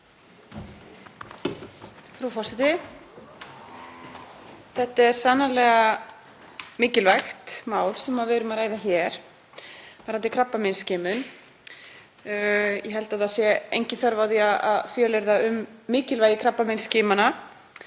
Þetta er sannarlega mikilvægt mál sem við erum að ræða hér varðandi krabbameinsskimanir. Ég held að það sé engin þörf á því að fjölyrða um mikilvægi krabbameinsskimana